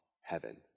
heaven